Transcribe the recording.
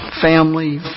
family